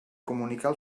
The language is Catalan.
comunicar